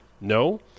No